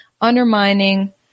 undermining